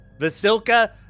Vasilka